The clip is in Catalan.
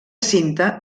cinta